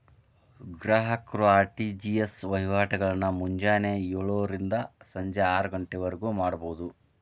ಗ್ರಾಹಕರು ಆರ್.ಟಿ.ಜಿ.ಎಸ್ ವಹಿವಾಟಗಳನ್ನ ಮುಂಜಾನೆ ಯೋಳರಿಂದ ಸಂಜಿ ಆರಗಂಟಿವರ್ಗು ಮಾಡಬೋದು